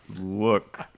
look